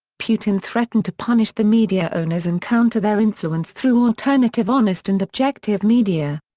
putin threatened to punish the media owners and counter their influence through alternative honest and objective media.